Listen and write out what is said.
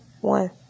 One